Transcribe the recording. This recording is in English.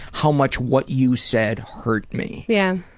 how much what you said hurt me. yeah.